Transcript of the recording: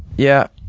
yeah.